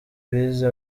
bize